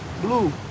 Blue